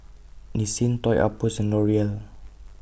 Nissin Toy Outpost and L'Oreal